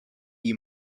you